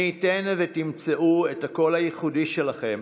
מי ייתן ותמצאו את הקול הייחודי שלכם,